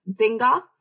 Zinga